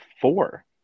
four